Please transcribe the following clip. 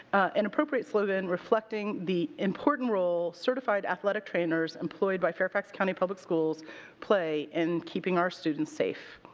an appropriate slogan reflecting the important role certified athletic trainers employed by fairfax county public schools play in keeping our students safe.